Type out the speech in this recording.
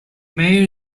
mayor